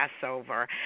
Passover